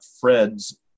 Fred's